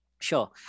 Sure